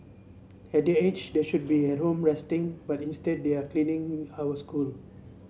at their age they should be at home resting but instead they are cleaning our school